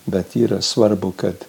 bet yra svarbu kad